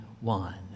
one